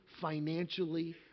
financially